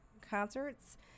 concerts